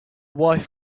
wife